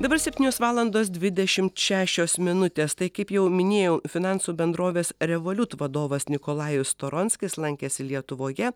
dabar septynios valandos dvidešimt šešios minutės tai kaip jau minėjau finansų bendrovės revoliut vadovas nikolajus storonskis lankėsi lietuvoje